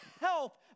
help